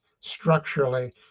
structurally